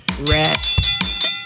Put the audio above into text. rest